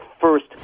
first